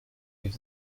with